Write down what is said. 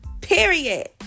period